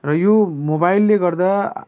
र यो मोबाइलले गर्दा